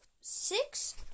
six